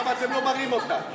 למה אתם לא מראים אותה?